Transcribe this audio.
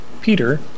peter